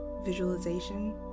visualization